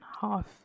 half